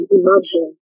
imagine